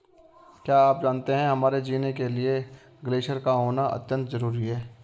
क्या आप जानते है हमारे जीने के लिए ग्लेश्यिर का होना अत्यंत ज़रूरी है?